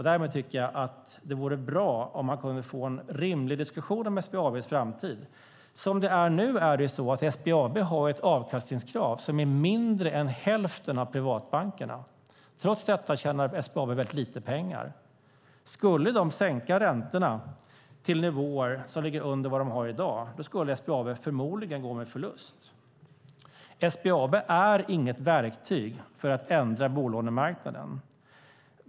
Därmed tycker jag att det vore bra om man kunde få en rimlig diskussion om SBAB:s framtid. Som det är nu har SBAB ett avkastningskrav som är mindre än hälften av privatbankernas. Trots detta tjänar SBAB väldigt lite pengar. Skulle de sänka räntorna till nivåer som ligger under vad de har i dag skulle SBAB förmodligen gå med förlust. SBAB är inget verktyg för att ändra bolånemarknaden.